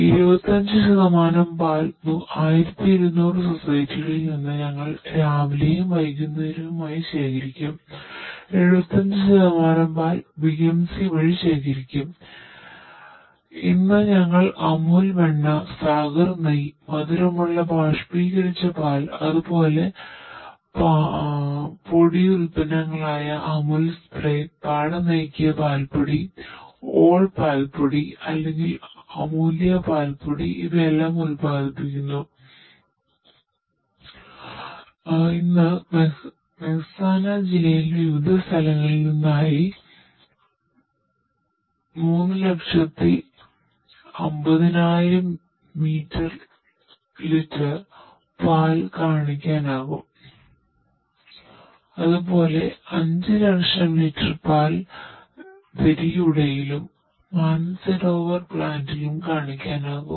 25 ശതമാനം പാൽ 1200 സൊസൈറ്റികളിൽ നിന്ന് ഞങ്ങൾ രാവിലെയും വൈകുന്നേരവുമായി ശേഖരിക്കും 75 ശതമാനം പാൽ BMC വഴി ശേഖരിക്കും ഇന്ന് ഞങ്ങൾ അമുൽ വെണ്ണ സാഗർ നെയ്യ് മധുരമുള്ള ബാഷ്പീകരിച്ച പാൽ അതുപോലെ ഞങ്ങളുടെ പൊടി ഉല്പന്നങ്ങളായ അമുൽ സ്പ്രേ കാണിക്കാനാകും